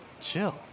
chill